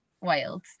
Wild